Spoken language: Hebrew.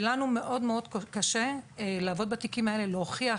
ולנו מאוד מאוד קשה לעבוד בתיקים האלה, להוכיח